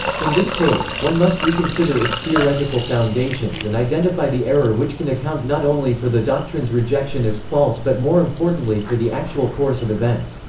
in this case, one must reconsider its theoretical foundations and identify the error which can account not only for the doctrine's rejection as false but more importantly for the actual course of events.